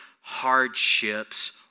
hardships